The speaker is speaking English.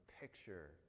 picture